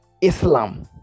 Islam